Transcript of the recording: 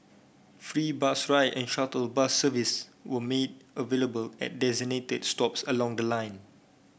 free bus ride and shuttle bus service were made available at designated stops along the line